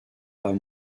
pas